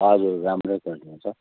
हजुर राम्रो गर्नुहुन्छ